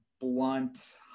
blunt